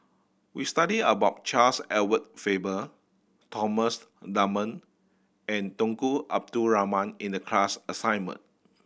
we studied about Charles Edward Faber Thomas Dunman and Tunku Abdul Rahman in the class assignment